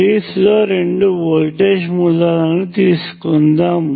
series లో రెండు voltage మూలాలను తీసుకుందాం